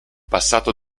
passato